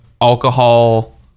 alcohol